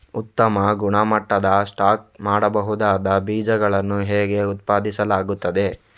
ಉತ್ತಮ ಗುಣಮಟ್ಟದ ಸ್ಟಾಕ್ ಮಾಡಬಹುದಾದ ಬೀಜಗಳನ್ನು ಹೇಗೆ ಉತ್ಪಾದಿಸಲಾಗುತ್ತದೆ